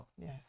Yes